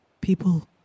People